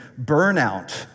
burnout